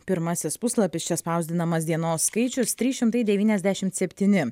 pirmasis puslapis čia spausdinamas dienos skaičius trys šimtai devyniasdešimt septyni